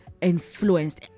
influenced